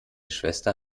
schwester